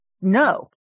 no